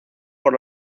por